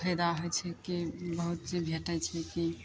फायदा होइत छै कि बहुत चीज भेटैत छै कि